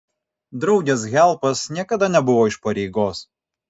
draugės helpas niekada nebuvo iš pareigos